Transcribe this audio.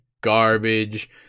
garbage